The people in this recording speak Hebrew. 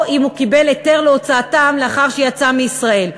או אם הוא קיבל היתר להוצאתם לאחר שיצא מישראל,